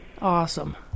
Awesome